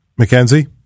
McKenzie